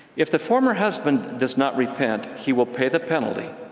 if the former husband does not repent, he will pay the penalty,